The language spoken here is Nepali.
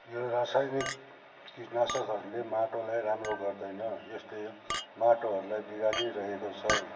यो रासाइनिक कीटनाशकहरूले माटोलाई राम्रो गर्दैन यसले माटोहरूलाई बिगारी रहेको छ